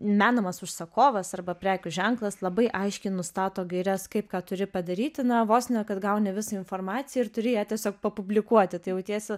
menamas užsakovas arba prekių ženklas labai aiškiai nustato gaires kaip ką turi padaryti na vos ne kad gauni visą informaciją ir turi ja tiesiog papublikuoti tai jautiesi